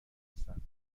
هستند